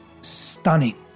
stunning